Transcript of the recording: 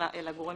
אלא גורם